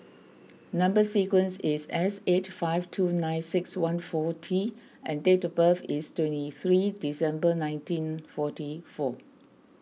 Number Sequence is S eight five two nine six one four T and date of birth is twenty three December nineteen forty four